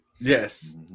yes